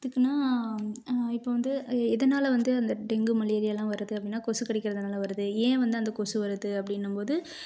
எதுக்குன்னால் இப்போ வந்து எதனால் வந்து அந்த டெங்கு மலேரியாலாம் வருது அப்படின்னா கொசு கடிக்கறதுனால் வருது ஏன் வந்து அந்த கொசு வருது அப்படின்னம் போது